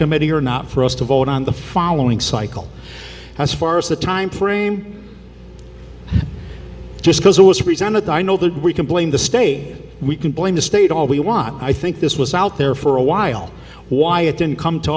committee or not for us to vote on the following cycle as far as the timeframe just because it was presented i know that we can blame the state we can blame the state all we want i think this was out there for a while why it didn't come to